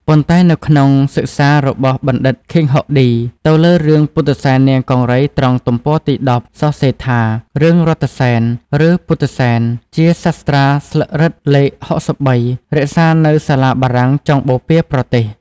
ប៉ុន្តែនៅក្នុងសិក្សារបស់បណ្ឌិតឃីង ហុកឌីទៅលើរឿងពុទ្ធិសែននាងកង្រីត្រង់ទំព័រទី១០ សរសេរថា រឿងរថសេន ឬពុទ្ធសែន ជាសាស្ត្រាស្លឹករឹតលេខ ៦៣ រក្សានៅសាលាបារាំងចុងបូព៌ាប្រទេស។